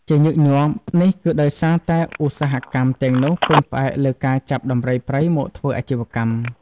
ជាញឹកញាប់ នេះគឺដោយសារតែឧស្សាហកម្មទាំងនោះពឹងផ្អែកលើការចាប់ដំរីព្រៃមកធ្វើអាជីវកម្ម។